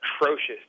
atrocious